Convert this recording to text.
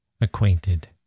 acquainted